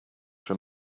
from